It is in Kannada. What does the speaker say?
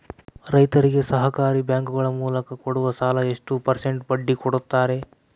ರೈತರಿಗೆ ಸಹಕಾರಿ ಬ್ಯಾಂಕುಗಳ ಮೂಲಕ ಕೊಡುವ ಸಾಲ ಎಷ್ಟು ಪರ್ಸೆಂಟ್ ಬಡ್ಡಿ ಕೊಡುತ್ತಾರೆ?